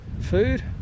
food